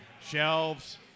Shelves